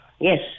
Yes